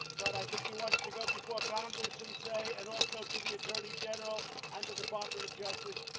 but i think he wants to go before congress and say, and also to the attorney general and the department of justice,